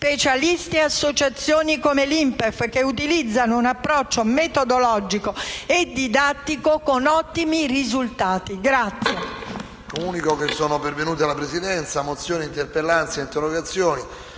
specialisti e associazioni come l'INPEF, che utilizzano un approccio metodologico e didattico con ottimi risultati.